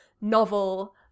novel